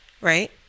right